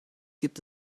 gibt